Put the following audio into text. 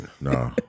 No